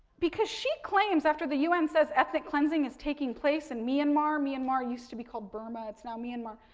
because she claims, after the un says ethnic cleansing is taking place in myanmar, myanmar used to be called burma, it's now myanmar,